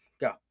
Go